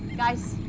guys,